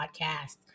podcast